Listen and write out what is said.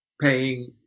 paying